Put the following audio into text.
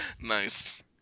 Nice